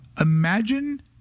Imagine